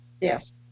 Yes